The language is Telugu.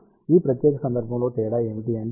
మరియు ఈ ప్రత్యేక సందర్భంలో తేడా ఏమిటంటే dx dy λ 2